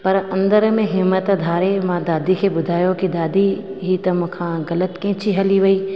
पर अंदरि में हिमत धारे मां दादी खे ॿुधायो की दादी हीअ त मूंखां ग़लति कैची हली वई